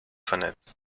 vernetzt